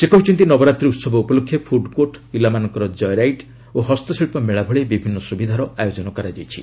ସେ କହିଛନ୍ତି ନବରାତ୍ରୀ ଉତ୍ସବ ଉପଲକ୍ଷେ ଫୁଡ଼୍ କୋର୍ଟ୍ ପିଲାମାନଙ୍କର ଜୟ ରାଇଦ୍ ଓ ହସ୍ତଶିଳ୍ପ ମେଳା ଭଳି ବିଭିନ୍ନ ସୁବିଧାର ଆୟୋଜନ କରାଯାଇଛି